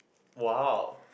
!wow!